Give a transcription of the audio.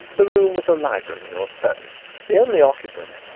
the room was a library or study. the only occupant,